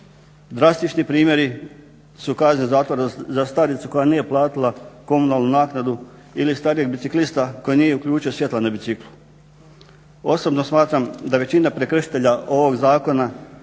Drastični primjeri su kazne zatvora za staricu koja nije platila komunalnu naknadu ili starijeg biciklista koji nije uključio svjetla na biciklu. Osobno smatram da većina prekršitelja ovog zakona